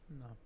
no